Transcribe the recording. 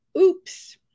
oops